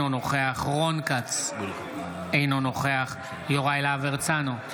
אינו נוכח רון כץ, אינו נוכח יוראי להב הרצנו,